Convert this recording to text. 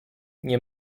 nie